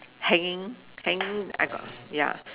hanging hanging I got ya